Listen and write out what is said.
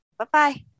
Bye-bye